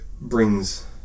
brings